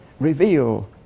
reveal